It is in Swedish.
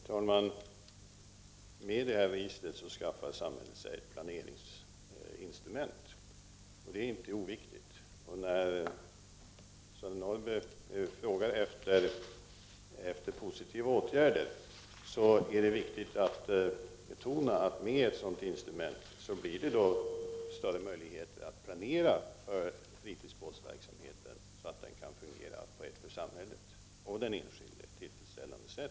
Herr talman! Med det här registret skaffar samhället sig planeringsinstrument, och det är inte oviktigt. När Sören Norrby frågar efter positiva åtgärder är det viktigt att betona att det med ett sådant instrument blir större möjligheter att planera för fritidsbåtsverksamheten, så att den kan fungera på ett för samhället och den enskilde tillfredsställande sätt.